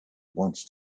once